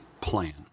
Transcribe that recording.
plan